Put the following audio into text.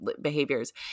behaviors